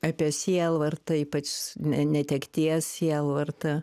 apie sielvartą ypač ne netekties sielvartą